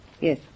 Yes